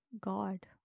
God